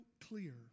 clear